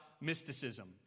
mysticism